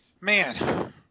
man –